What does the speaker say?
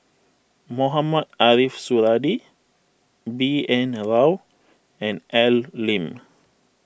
Mohamed Ariff Suradi B N Rao and Al Lim